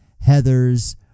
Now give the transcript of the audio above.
Heather's